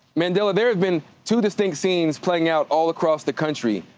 mandela, there has been two distinct scenes playing out all across the country.